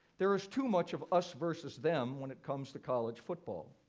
there is too much of us versus them when it comes to college football.